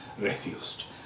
refused